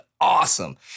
awesome